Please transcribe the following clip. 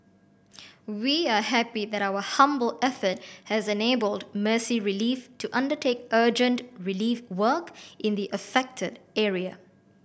we are happy that our humble effort has enabled Mercy Relief to undertake urgent relief work in the affected area